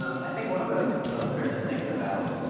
i think one of the most urgent things about,